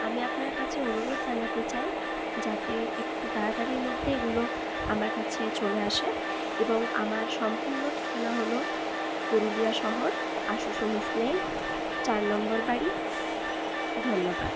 আমি আপনার কাছে অনুরোধ জানাতে চাই যাতে একটু তাড়াতাড়ির মধ্যে এগুলো আমার কাছে চলে আসে এবং আমার সম্পূর্ণ ঠিকানা হল পুরুলিয়া শহর আসুসহিস লেন চার নম্বর বাড়ি ধন্যবাদ